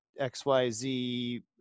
XYZ